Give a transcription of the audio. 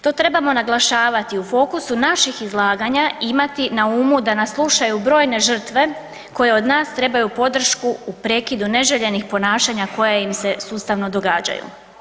To trebamo naglašavati i u fokusu naših izlaganja imati na umu da nas slušaju brojne žrtve koje od nas trebaju podršku u prekidu neželjenih ponašanja koja im se sustavno događaju.